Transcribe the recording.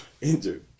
injured